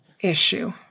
issue